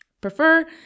prefer